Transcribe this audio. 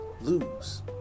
lose